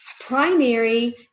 primary